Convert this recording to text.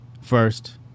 First